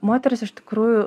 moterys iš tikrųjų